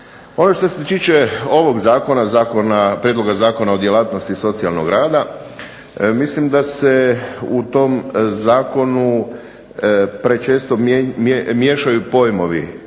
Ono što se tiče ovog zakona, prijedlog Zakona o djelatnosti socijalnog rada mislim da se u tom zakonu prečesto miješaju pojmovi.